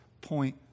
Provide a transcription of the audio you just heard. point